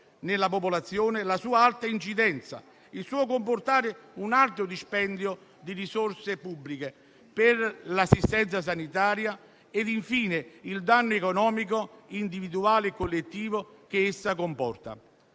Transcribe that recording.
nella popolazione, la sua elevata incidenza, il suo comportare un alto dispendio di risorse pubbliche per l'assistenza sanitaria e, infine, il danno economico, individuale e collettivo, che essa comporta.